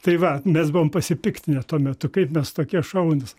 tai va mes buvom pasipiktinę tuo metu kai mes tokie šaunūs